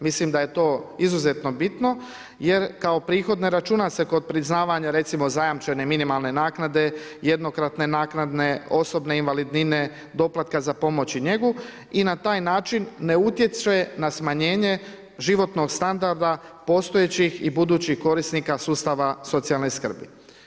Mislim da je to izuzetno bitno jer kao prihod ne računa se kod priznavanja recimo zajamčene minimalne naknade, jednokratne naknade, osobne invalidnine, doplatka za pomoć i njegu i na taj način ne utječe na smanjenje životnog standarda postojećih i budućih korisnika sustava socijalne skrbi.